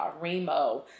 Remo